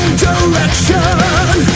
direction